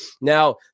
Now